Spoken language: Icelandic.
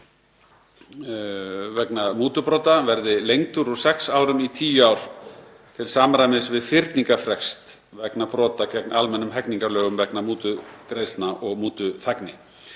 vegna mútubrota, verði lengdur úr sex árum í tíu ár til samræmis við fyrningarfrest vegna brota gegn almennum hegningarlögum vegna mútugreiðslna og mútuþægni.